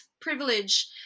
privilege